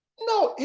no,